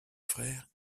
frères